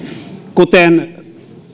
kuten